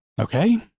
okay